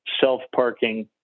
self-parking